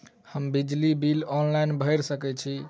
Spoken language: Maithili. हम बिजली बिल ऑनलाइन भैर सकै छी?